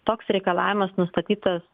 toks reikalavimas nustatytas